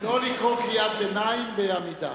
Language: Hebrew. לא לקרוא קריאת ביניים בעמידה.